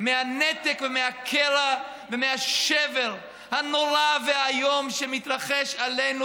מהנתק ומהקרע ומהשבר הנורא והאיום שמתרחש עלינו